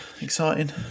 exciting